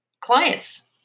clients